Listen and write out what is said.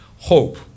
hope